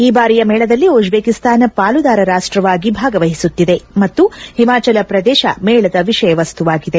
ಈ ಬಾರಿಯ ಮೇಳದಲ್ಲಿ ಉಜ್ಲೇಕಿಸ್ತಾನ ಪಾಲುದಾರ ರಾಷ್ಟವಾಗಿ ಭಾಗವಹಿಸುತ್ತಿದೆ ಮತ್ತು ಹಿಮಾಜಲ ಪ್ರದೇಶ ಮೇಳದ ವಿಷಯ ವಸ್ತುವಾಗಿದೆ